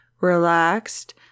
relaxed